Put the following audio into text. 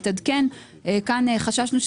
נוכל להצביע על